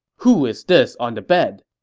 who is this on the bed?